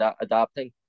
adapting